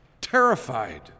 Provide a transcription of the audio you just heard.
terrified